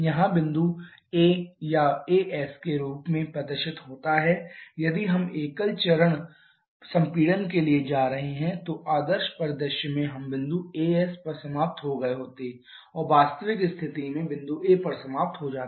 यहाँ बिंदु A या As के रूप में प्रदर्शित होता है यदि हम एक एकल चरण संपीड़न के लिए जा रहे हैं तो आदर्श परिदृश्य में हम बिंदु As पर समाप्त हो गए होते और वास्तविक स्थिति में बिंदु A पर समाप्त हो जाते